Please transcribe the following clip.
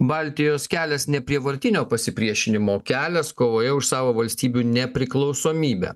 baltijos kelias neprievartinio pasipriešinimo kelias kovoje už savo valstybių nepriklausomybę